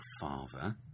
father